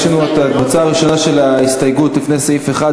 יש לנו את הקבוצה הראשונה של ההסתייגות לפני סעיף 1,